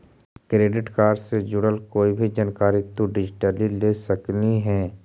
credit card से जुड़ल कोई भी जानकारी तु डिजिटली ले सकलहिं हे